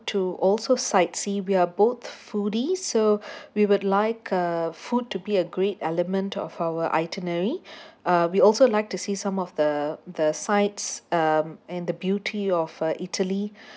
to also sightsee we're both foodies so we would like uh food to be a great element of our itinerary uh we also like to see some of the the sites um and the beauty of uh italy